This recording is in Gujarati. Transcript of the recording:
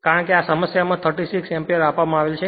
કારણ કે સમસ્યા માં 36 એમ્પીયરઆપવામાં આવેલ છે